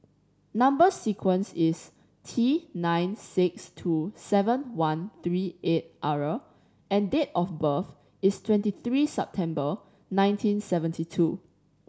number sequence is T nine six two seven one three eight R and date of birth is twenty three September nineteen seventy two